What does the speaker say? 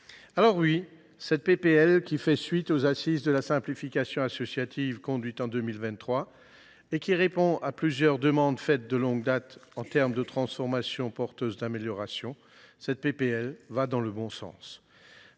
proposition de loi, qui fait suite aux Assises de la simplification associative, menées en 2023, et qui répond à plusieurs demandes émises de longue date en termes de transformations porteuses d’amélioration, va dans le bon sens.